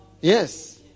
Yes